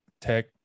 Tech